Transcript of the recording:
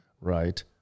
right